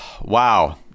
Wow